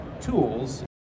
tools